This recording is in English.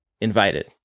invited